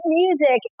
music